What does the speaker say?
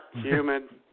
humid